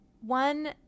one